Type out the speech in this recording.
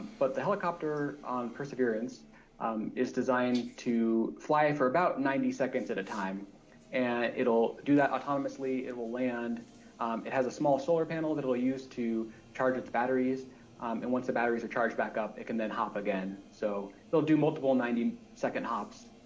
but the helicopter on perseverance is designed to fly for about ninety seconds at a time and it'll do that autonomously, it will land, it has a small solar panel panel that will use to charge its batteries and once the batteries are charged back up it can then hop again, so they'll do multiple ninety second hops